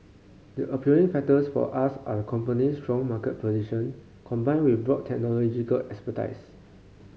the appealing factors for us are company strong market position combined with broad technological expertise